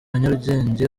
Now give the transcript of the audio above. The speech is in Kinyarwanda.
nyarugenge